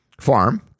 farm